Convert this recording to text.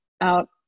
out